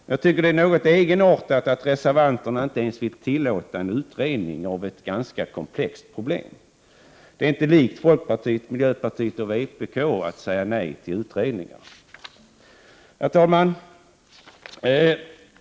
Men jag tycker att det är något egenartat av reservanterna att inte ens vilja tillåta en utredning av ett ganska komplext problem. Det är inte likt folkpartiet, miljöpartiet och vpk att säga nej till utredningar. Herr talman!